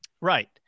Right